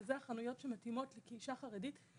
שאלה החנויות שמתאימות לאישה חרדית.